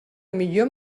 millor